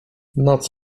noc